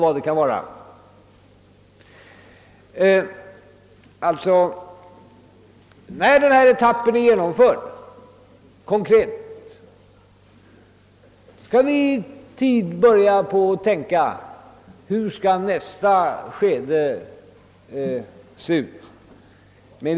När denna etapp blivit konkret genomförd måste vi i god tid börja tänka på hur nästa skede skall planeras.